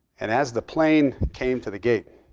and as the plane came to the gate,